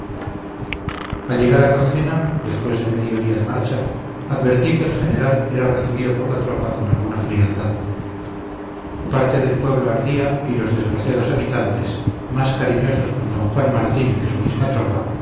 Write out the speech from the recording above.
al llegar a calcena después de medio día de marcha advertí que el general era recibido por la tropa con alguna frialdad parte del pueblo ardía y los desgraciados habitantes más cariñosos con d juan martín que su misma tropa